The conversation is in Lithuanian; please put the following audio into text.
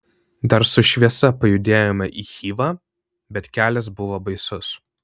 dar su šviesa pajudėjome į chivą bet kelias buvo baisus